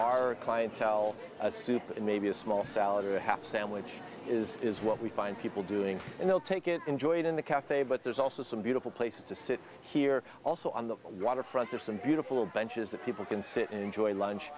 our clientele a soup and maybe a small salad or a half sandwich is what we find people doing and they'll take it enjoy it in the cafe but there's also some beautiful places to sit here also on the waterfront there some beautiful benches that people can sit and enjoy lunch